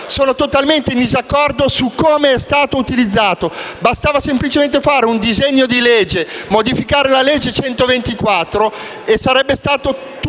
sono totalmente in disaccordo sul metodo: bastava semplicemente fare un disegno di legge per modificare la legge n. 124 e sarebbe stato tutto